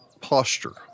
posture